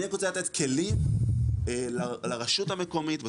אני רק רוצה לתת כלים לרשות המקומית.